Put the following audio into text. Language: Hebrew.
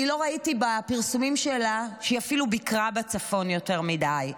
אני לא ראיתי בפרסומים שלה שהיא אפילו ביקרה בצפון יותר מדי,